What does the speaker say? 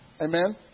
Amen